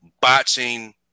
botching